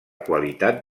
qualitat